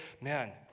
man